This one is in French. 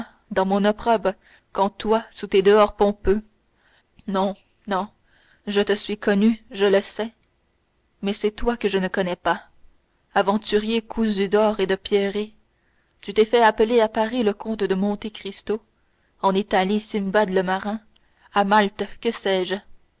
dans mon opprobre qu'en toi sous tes dehors pompeux non non je te suis connu je le sais mais c'est toi que je ne connais pas aventurier cousu d'or et de pierreries tu t'es fait appeler à paris le comte de monte cristo en italie simbad le marin à malte que sais-je